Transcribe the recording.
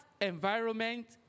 environment